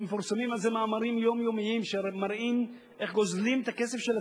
מתפרסמים על זה יום-יום מאמרים שמראים איך גוזלים את הכסף של הציבור.